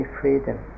freedom